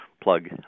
plug